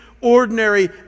ordinary